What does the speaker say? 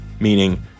meaning